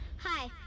Hi